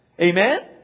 Amen